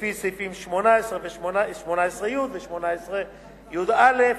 לפי סעיפים 18י ו-18יא,